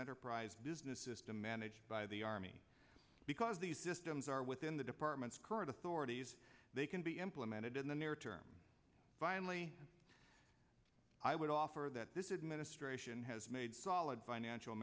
enterprise business system managed by the army because these systems are within the department's current authorities they can be implemented in the near term finally i would offer that this administration has made solid financial